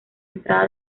entrada